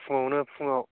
फुङावनो फुङाव